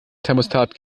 thermostat